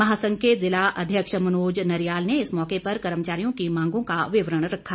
महासंघ के जिला अध्यक्ष मनोज नरियाल ने इस मौके पर कर्मचारियों की मांगों का विवरण रखा